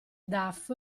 daf